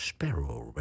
Sparrow